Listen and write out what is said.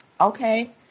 okay